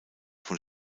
von